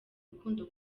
rukundo